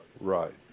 Right